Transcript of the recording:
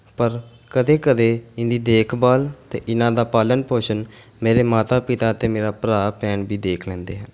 ਪਰ ਕਦੇ ਕਦੇ ਇਹਨਾਂ ਦੀ ਦੇਖਭਾਲ ਅਤੇ ਇਹਨਾਂ ਦਾ ਪਾਲਣ ਪੋਸ਼ਣ ਮੇਰੇ ਮਾਤਾ ਪਿਤਾ ਅਤੇ ਮੇਰਾ ਭਰਾ ਭੈਣ ਵੀ ਦੇਖ ਲੈਂਦੇ ਹਨ